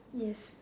yes